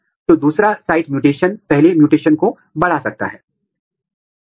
तो इस तरह यह विधि हमें अध्ययन करने की अनुमति दे रही है जहां वास्तव में एक विशेष जीन व्यक्त किया जाता है